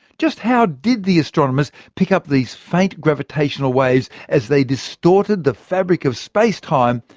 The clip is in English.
just how did the astronomers pick up these faint gravitational waves as they distorted the fabric of space-time,